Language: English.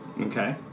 Okay